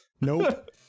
nope